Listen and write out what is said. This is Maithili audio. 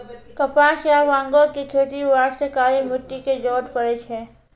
कपास या बांगो के खेती बास्तॅ काली मिट्टी के जरूरत पड़ै छै